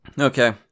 Okay